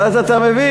אז אתה מבין?